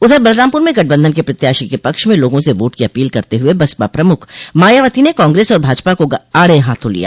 उधर बलरामपुर में गठबन्धन के प्रत्याशी के पक्ष में लोगों से वोट की अपील करते हुए बसपा प्रमुख मायावती ने कांग्रेस और भाजपा को आड़े हाथो लिया